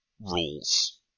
rules